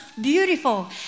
beautiful